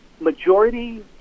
majority